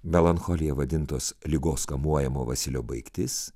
melancholija vadintos ligos kamuojamo vasilio baigtis